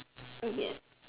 yes